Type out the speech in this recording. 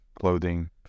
clothing